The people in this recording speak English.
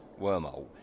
wormhole